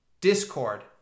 Discord